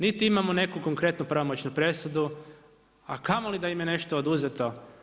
Niti imamo neku konkretnu pravomoćnu presudu, a kamo li da im je nešto oduzeto.